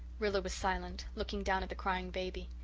rilla was silent, looking down at the crying baby.